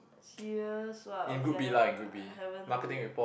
serious !wah! okay I haven't do it